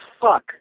fuck